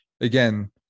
again